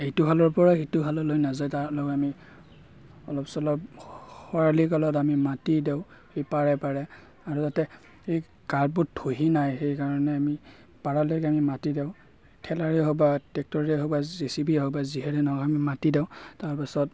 এইটো খালৰ পৰা সিটো খাললৈ নাযায় তাৰ বাবে আমি অলপ চলপ খৰালি কালত আমি মাটি দিওঁ পাৰে পাৰে আৰু যাতে বোৰ খহি নাহে সেইকাৰণে আমি পাৰলৈকে আমি মাটি দিওঁ ঠেলাৰে হওক বা ট্ৰেক্টৰেৰে হওক বা জেচিবিৰে হওক বা যিহেৰে নহওক আমি মাটি দিওঁ তাৰপাছত